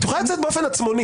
את יכולה לצאת באופן עצמוני.